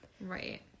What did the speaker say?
Right